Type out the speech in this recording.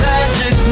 Magic